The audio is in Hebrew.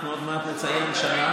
אנחנו עוד מעט נציין שנה,